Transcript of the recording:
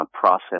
process